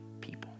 people